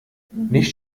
nicht